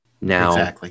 Now